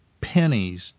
pennies